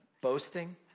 boasting